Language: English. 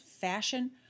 fashion